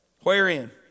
wherein